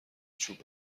چوب